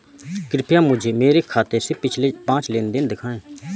कृपया मुझे मेरे खाते से पिछले पाँच लेन देन दिखाएं